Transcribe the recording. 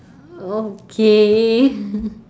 okay